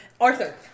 Arthur